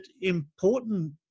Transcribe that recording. important